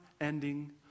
ending